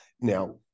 now